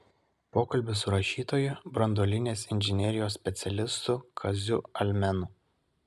pokalbis su rašytoju branduolinės inžinerijos specialistu kaziu almenu